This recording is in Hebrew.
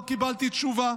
לא קיבלתי תשובה.